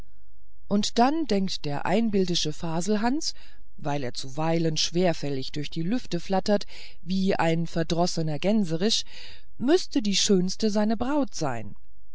und da denkt der einbildische faselhans weil er zuweilen schwerfällig durch die lüfte flattert wie ein verdrossener gänsericht müßte die schönste seine braut sein